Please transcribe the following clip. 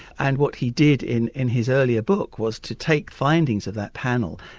and what he did in in his earlier book was to take findings of that panel,